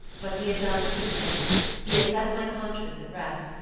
but he had done two things he had set my conscience at rest,